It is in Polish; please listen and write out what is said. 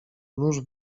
nóż